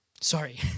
Sorry